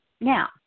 Now